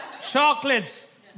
chocolates